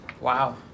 Wow